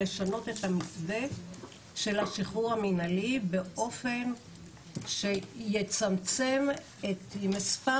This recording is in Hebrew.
לשנות את המתווה של השחרור המנהלי באופן שיצמצם את מספר